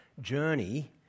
journey